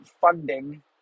funding